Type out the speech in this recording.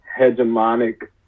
hegemonic